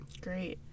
Great